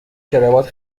کراوات